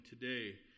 today